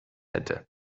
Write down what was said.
hätte